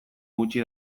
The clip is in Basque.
gutxi